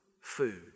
food